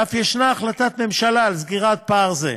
ואף ישנה החלטת ממשלה על סגירת פער זה.